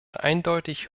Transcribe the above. eindeutig